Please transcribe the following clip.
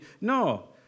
No